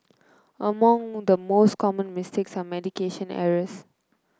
among the most common mistakes are medication errors